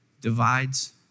divides